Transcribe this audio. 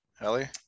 ellie